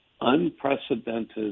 unprecedented